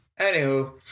Anywho